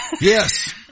Yes